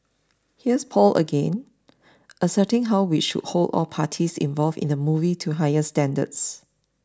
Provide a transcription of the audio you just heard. here's Paul again asserting how we should hold all the parties involved in the movie to higher standards